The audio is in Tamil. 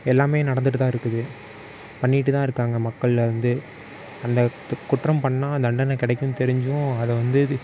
எல்லாம் நடந்துட்டுதான் இருக்குது பண்ணிகிட்டுதான் இருக்காங்க மக்கள் அந்த வந்து அந்த குற்றம் பண்ணிணா தண்டனை கிடைக்குன்னு தெரிஞ்சும் அதை வந்து